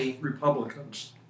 Republicans